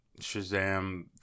shazam